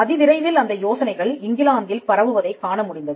அதிவிரைவில் அந்த யோசனைகள் இங்கிலாந்தில் பரவுவதைக் காணமுடிந்தது